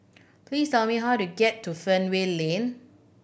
please tell me how to get to Fernvale Lane